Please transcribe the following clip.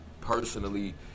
personally